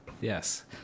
Yes